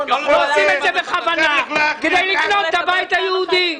הם עושים את זה בכוונה כדי לבנות את הבית היהודי.